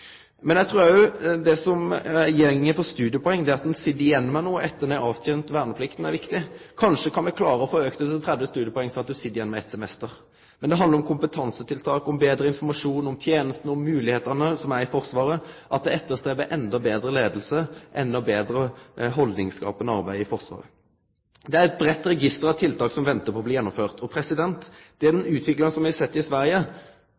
Men eg trur òg at det som går på studiepoeng – det at ein sit igjen med noko etter at ein har avtent verneplikta – er viktig. Kanskje kan me klare å auke det til 30 studiepoeng, som om ein sit igjen med eitt semester. Men det handlar om kompetansetiltak, om betre informasjon om tenesta, om moglegheitene som er i Forsvaret – at ein legg vekt på endå betre leiing, endå betre haldningsbyggjande arbeid i Forsvaret. Det er eit breitt register av tiltak som ventar på å bli gjennomført. Me har sett utviklinga i Sverige,